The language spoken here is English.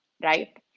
right